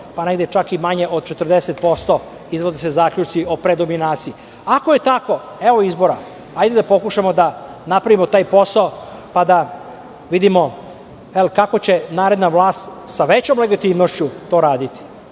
negde čak i manje od 40%, iznose se zaključci o predominaciji. Ako je tako, evo izbora. Hajde da pokušamo da napravimo taj posao, pa da vidimo kako će naredna vlast, sa većom legitimnošću, to raditi.